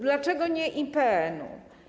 Dlaczego nie IPN-u?